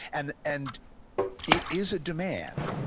and and it is a demand.